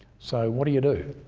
so what do you do?